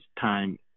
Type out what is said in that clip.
time